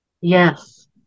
Yes